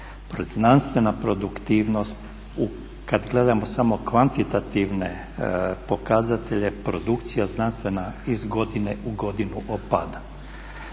Znanstvena produktivnost kad gledamo samo kvantitativne pokazatelje produkcija znanstvena iz godine u godinu opada.